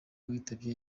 witabye